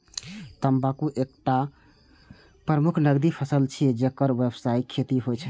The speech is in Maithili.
तंबाकू एकटा प्रमुख नकदी फसल छियै, जेकर व्यावसायिक खेती होइ छै